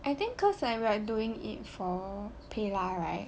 I think cause like we are doing it for paylah right